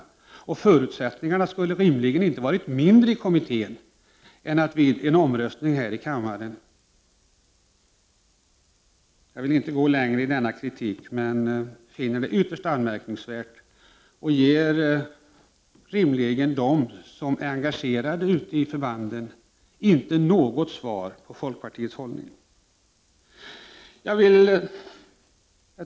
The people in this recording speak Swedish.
Förutsättningarna skulle rimligen inte ha varit mindre i kommittén. Jag vill inte gå längre i denna kritik men finner det ytterst anmärkningsvärt. Det ger inte dem som är engagerade ute i förbanden något svar på frågan om folkpartiets hållning. Herr talman!